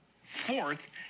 Fourth